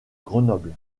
grenoble